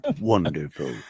wonderful